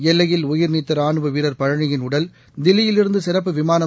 எல்லையில் உயிர்நீத்த ராணுவ வீரர் பழனியின் உடல் தில்லியிலிருந்து சிறப்பு விமானம்